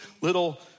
little